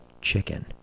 chicken